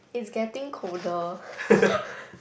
it's getting colder